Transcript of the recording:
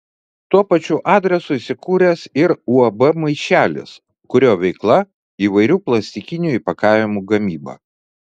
tuo pačiu adresu įsikūręs ir uab maišelis kurio veikla įvairių plastikinių įpakavimų gamyba